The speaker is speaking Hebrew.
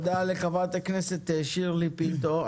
תודה לחברת הכנסת שירלי פינטו.